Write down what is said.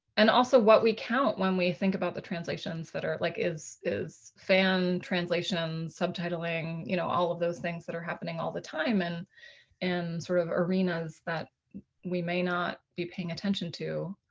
and also what we count when we think about the translations that are like is is fan translations, subtitling, you know all of those things that are happening all the time and and sort of arenas that we may not be paying attention to.